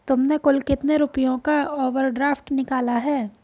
तुमने कुल कितने रुपयों का ओवर ड्राफ्ट निकाला है?